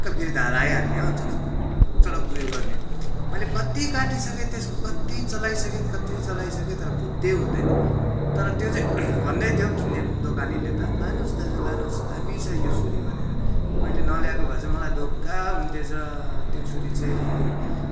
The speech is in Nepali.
फेरि धार आइहाल्ने हो चडक्क चडक्क उयो गर्ने मैले कत्ति काटिसके त्यसको कति चलाइसके कति चलाइसके तर भुत्ते हुँदैन तर त्यो चाहिँ भन्दै थियो किन्ने दोकानेले त लानुहोस् दाजु लानुहोस् दामी छ यो छुरी भनेर मैले नल्याएको भए चाहिँ मलाई धोका हुने थिएछ त्यो छुरी चाहिँ